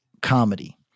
comedy